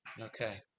Okay